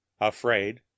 afraid